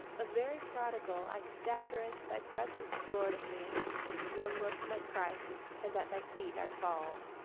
a very prodigal i stagger into thy presence, lord of me one look, my christ, and at thy feet i fall!